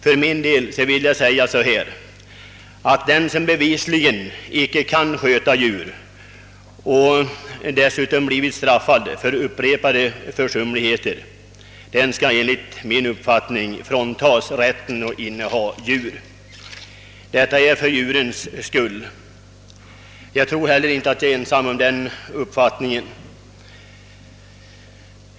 För min del vill jag deklarera att den, som bevisligen icke kan sköta djur och dessutom blivit straffad för upprepade försumligheter, enligt min uppfattning skall fråntas rätten att inneha djur — detta för djurens skull. Jag tror heller inte att jag är ensam om den uppfattningen.